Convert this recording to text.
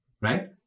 right